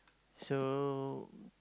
so